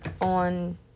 on